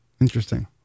Interesting